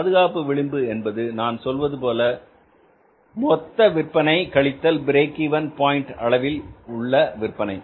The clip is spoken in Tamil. பாதுகாப்பு விளிம்பு நான் சொல்வது போல மொத்த விற்பனை கழித்தல் பிரேக் இவென் பாயின்ட் அளவில் உள்ள விற்பனை